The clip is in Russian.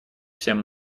всем